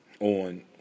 on